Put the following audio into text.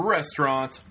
Restaurant